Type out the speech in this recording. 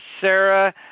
Sarah